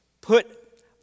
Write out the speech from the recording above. put